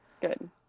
Good